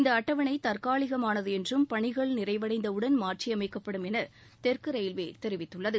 இந்த அட்டவணை தற்காலிகமானது என்றும் பணிகள் நிறைவடைந்தவுடன் மாற்றியமைக்கப்படும் என தெற்கு ரயில்வே தெரிவித்துள்ளது